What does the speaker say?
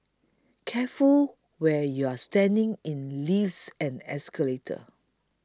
careful where you're standing in lifts and escalators